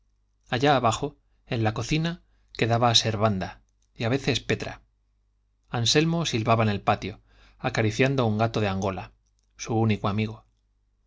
allá abajo en la cocina quedaba servanda y a veces petra anselmo silbaba en el patio acariciando un gato de angola su único amigo